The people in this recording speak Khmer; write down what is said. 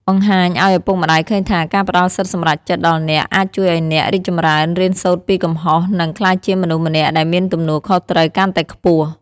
បង្ហាញឲ្យឪពុកម្ដាយឃើញថា ការផ្ដល់សិទ្ធិសម្រេចចិត្តដល់អ្នក អាចជួយឲ្យអ្នក រីកចម្រើន រៀនសូត្រពីកំហុស និង ក្លាយជាមនុស្សម្នាក់ដែលមានទំនួលខុសត្រូវកាន់តែខ្ពស់។